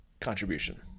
contribution